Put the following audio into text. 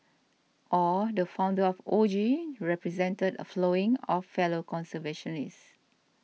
aw the founder of O G represented a following of fellow conservationists